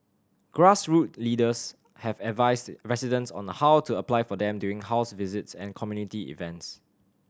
leaders have advised residents on a how to apply for them during house visits and community events